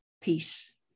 Peace